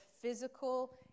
physical